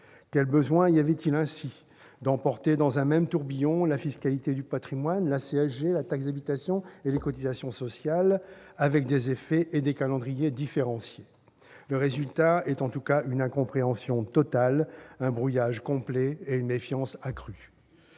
Quel besoin y avait-il ainsi d'emporter dans un même tourbillon la fiscalité du patrimoine, la contribution sociale généralisée, la taxe d'habitation et les cotisations sociales avec des effets et des calendriers différenciés ? Tout à fait ! Le résultat est en tout cas une incompréhension totale, un brouillage complet et une méfiance accrue.